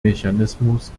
mechanismus